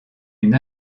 une